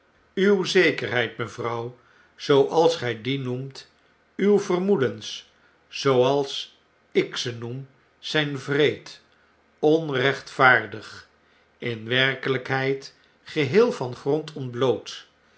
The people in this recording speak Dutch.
ttw zekerheid mevrouw locals gg die noemt nw vermoedens zooals ik ze noem zijnwreed onrechtvaardig in werkeljjkheid geheel van grond ontbloot